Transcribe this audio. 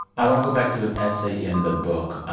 um want to go back to an essay in the book,